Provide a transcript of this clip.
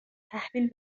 تحویل